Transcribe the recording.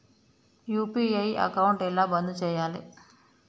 UPI account ఎలా బంద్ చేయాలి?